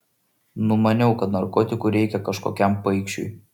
numaniau kad narkotikų reikia kažkokiam paikšiui